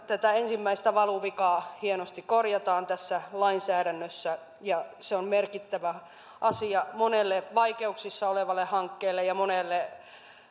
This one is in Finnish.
tätä ensimmäistä valuvikaa hienosti korjataan tässä lainsäädännössä ja se on merkittävä asia monelle vaikeuksissa olevalle hankkeelle ja monelle